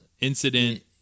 Incident